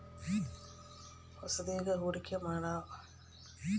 ಹೊಸದ್ಗಿ ಹೂಡಿಕೆ ಮಾಡಕ ಬಯಸೊ ಮಂದಿಗಳು ತಿರಿಗಿ ಬರೊ ಠೇವಣಿಗಳಗ ಹಾಕಕ ಪ್ರಾರಂಭ ಮಾಡ್ತರ